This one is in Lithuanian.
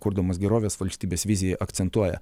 kurdamas gerovės valstybės viziją akcentuoja